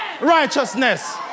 righteousness